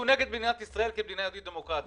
שהוא נגד מדינת ישראל כמדינה דמוקרטית.